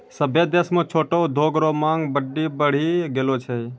सभ्भे देश म छोटो उद्योग रो मांग बड्डी बढ़ी गेलो छै